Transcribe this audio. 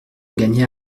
gagner